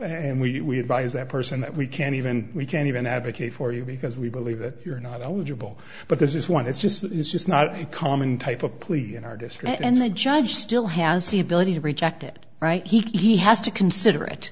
and we rise that person that we can't even we can't even advocate for you because we believe that you're not eligible but this is one it's just it's just not common type of police in our district and the judge still has the ability to reject it right he has to consider it